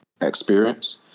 experience